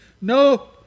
no